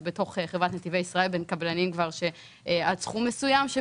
זה בתוך חברת נתיבי ישראל בין קבלנים שמתחרים עד סכום מסוים.